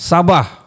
Sabah